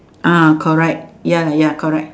ah correct ya ya correct